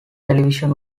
television